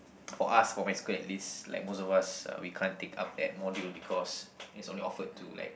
for us for my school at least like most of us we can't take up that module because it's only offered to like